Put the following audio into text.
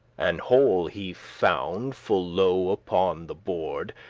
an hole he found full low upon the board,